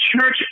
Church